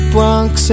Bronx